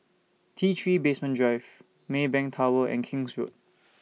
T three Basement Drive Maybank Tower and King's Road